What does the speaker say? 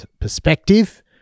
perspective